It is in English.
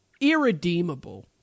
irredeemable